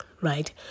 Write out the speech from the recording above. right